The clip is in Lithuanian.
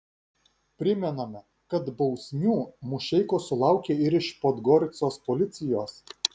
primename kad bausmių mušeikos sulaukė ir iš podgoricos policijos